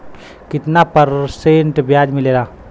कितना परसेंट ब्याज मिलेला?